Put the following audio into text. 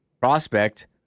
prospect